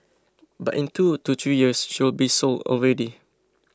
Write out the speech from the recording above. but in two to three years she will be so old already